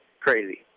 crazy